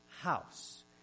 house